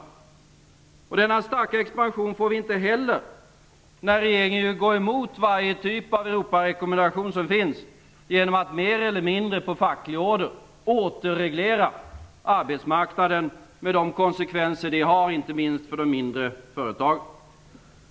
Vi får inte heller denna starka expansion när regeringen går emot varje typ av Europarekommendation, genom att mer eller mindre på facklig order återreglera arbetsmarknaden med de konsekvenser det blir, inte minst för de mindre företagen.